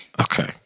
Okay